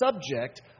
subject